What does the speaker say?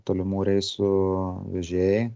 tolimų reisų vežėjai